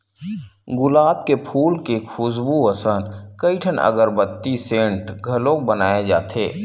गुलाब के फूल के खुसबू असन कइठन अगरबत्ती, सेंट घलो बनाए जाथे